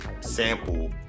sample